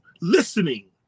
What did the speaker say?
listening